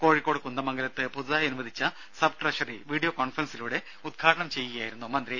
കോഴിക്കോട് കുന്ദമംഗലത്ത് പുതുതായി അനുവദിച്ച സബ് ട്രഷറി വീഡിയോ കോൺഫറൻസിലൂടെ ഉദ്ഘാടനം നിർവഹിക്കുകയായിരുന്നു മന്ത്രി